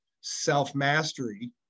self-mastery